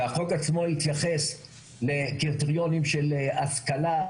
והחוק עצמו התייחס לקריטריונים של השכלה,